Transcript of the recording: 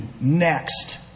next